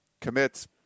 commits